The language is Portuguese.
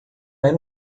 era